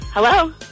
Hello